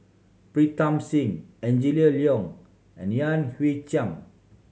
Pritam Singh Angela Liong and Yan Hui Chang